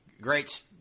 Great